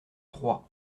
troyes